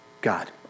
God